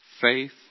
faith